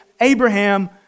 Abraham